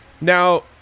Now